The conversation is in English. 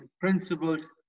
principles